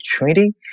opportunity